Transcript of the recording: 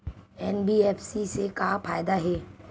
NBFC से का फ़ायदा हे?